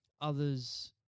others